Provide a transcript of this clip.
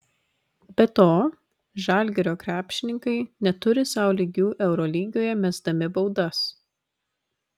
be to žalgirio krepšininkai neturi sau lygių eurolygoje mesdami baudas